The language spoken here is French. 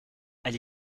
elle